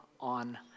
on